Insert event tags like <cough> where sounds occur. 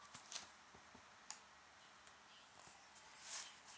<breath>